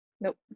Nope